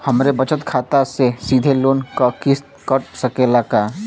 हमरे बचत खाते से सीधे लोन क किस्त कट सकेला का?